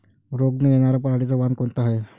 रोग न येनार पराटीचं वान कोनतं हाये?